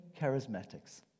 charismatics